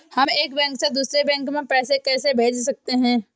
हम एक बैंक से दूसरे बैंक में पैसे कैसे भेज सकते हैं?